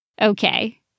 Okay